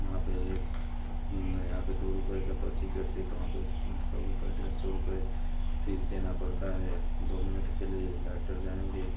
वहाँ पर यहाँ पर दो रुपये की पर्ची कट रही तो वहाँ पर सौ रुपये डेढ़ सौ रुपये फीस देना पड़ता है दो मिनट के लिए डाक्टर जाएंगे